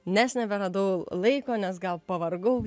nes neberadau laiko nes gal pavargau